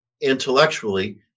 intellectually